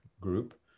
group